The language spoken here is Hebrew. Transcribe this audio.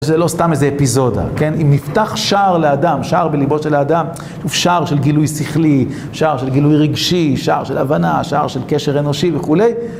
זה לא סתם איזה אפיזודה, כן? אם נפתח שער לאדם, שער בלבו של האדם, שער של גילוי שכלי, שער של גילוי רגשי, שער של הבנה, שער של קשר אנושי וכולי,